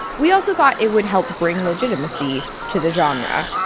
we also thought it would help bring legitimacy to the genre.